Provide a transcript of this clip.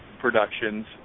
productions